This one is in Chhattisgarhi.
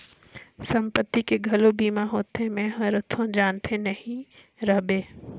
संपत्ति के घलो बीमा होथे? मे हरतो जानते नही रहेव